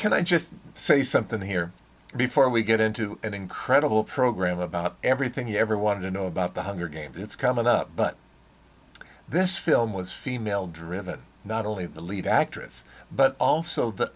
can i just say something here before we get into an incredible program about everything you ever wanted to know about the hunger games it's coming up but this film was female driven not only the lead actress but also the